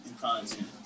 content